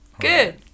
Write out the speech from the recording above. Good